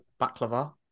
Baklava